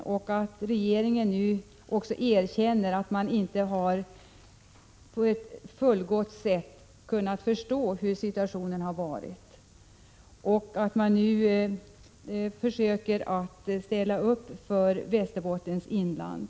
Jag tycker att regeringen därigenom erkänner att man tidigare inte på ett fullgott sätt har förstått hur situationen varit och nu försöker att ställa upp för Västerbottens inland.